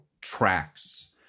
tracks